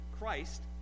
Christ